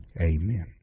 Amen